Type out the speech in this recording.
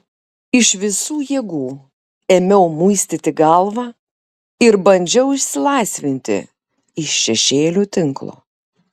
iš visų jėgų ėmiau muistyti galvą ir bandžiau išsilaisvinti iš šešėlių tinklo